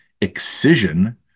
Excision